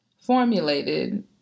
formulated